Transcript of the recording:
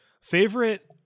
favorite